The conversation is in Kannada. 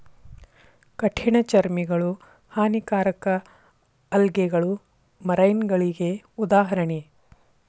ಕಠಿಣ ಚರ್ಮಿಗಳು, ಹಾನಿಕಾರಕ ಆಲ್ಗೆಗಳು ಮರೈನಗಳಿಗೆ ಉದಾಹರಣೆ